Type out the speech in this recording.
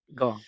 go